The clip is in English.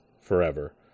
forever